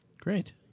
Great